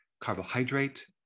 carbohydrate